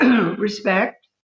respect